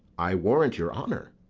i warrant your honour.